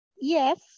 yes